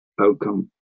outcome